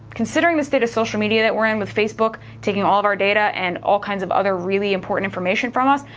considering the state of social media that we're in with facebook taking all of our data and all kinds of other really important information from us,